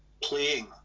playing